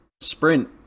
sprint